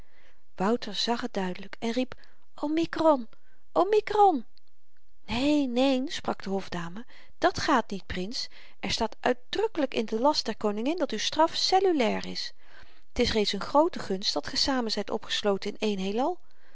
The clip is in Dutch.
wouter zag het duidelyk en riep omikron omikron neen neen sprak de hofdame dat gaat niet prins er staat uitdrukkelyk in den last der koningin dat uw straf cellulair is t is reeds n groote gunst dat ge samen zyt opgesloten in één heelal